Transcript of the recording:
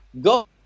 go